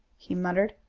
he muttered.